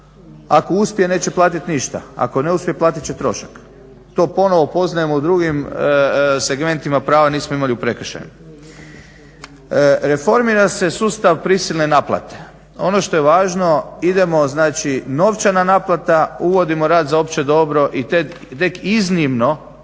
ako uspije neće platiti ništa, ako ne uspije platiti će trošak. To ponovno poznajemo u drugim segmentima prava, nismo imali u prekršajnom. Reformira se sustav prisilne naplate. Ono što je važno idemo znači novčana naplata, uvodimo rad za opće dobro i tek iznimno